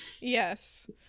yes